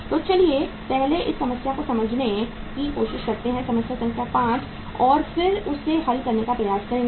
तो चलिए पहले इस समस्या को समझने की कोशिश करते हैं समस्या संख्या 5 और फिर उसे हल करने का प्रयास करेंगे